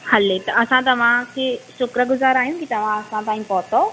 हले त असां तव्हांखे शुक्रगुज़ार आहियूं कि तव्हां असां ताईं पहुतव